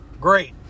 great